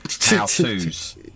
how-tos